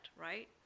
right